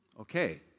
Okay